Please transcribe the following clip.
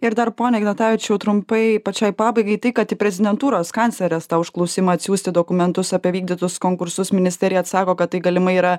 ir dar pone ignatavičiau trumpai pačiai pabaigai tai kad į prezidentūros kanclerės tą užklausimą atsiųsti dokumentus apie vykdytus konkursus ministerija atsako kad tai galimai yra